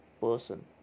person